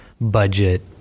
budget